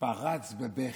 פרץ בבכי,